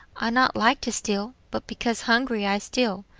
i not like to steal, but because hungry i steal.